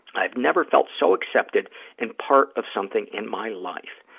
i have never felt so accepted and part of something in my life.